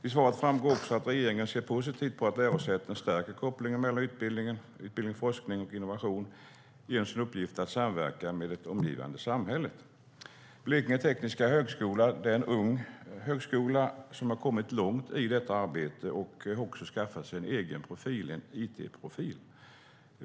I svaret framgår också att regeringen ser positivt på att lärosäten stärker kopplingen mellan utbildning, forskning och innovation genom sin uppgift att samverka med det omgivande samhället. Blekinge Tekniska Högskola, BTH, är en ung högskola som har kommit långt i detta arbete och också skaffat sig en egen profil, en it-profil.